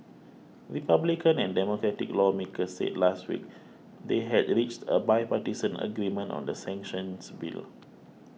republican and Democratic lawmakers said last week they had reached a bipartisan agreement on the sanctions bill